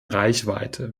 reichweite